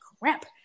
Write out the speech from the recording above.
crap